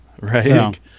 right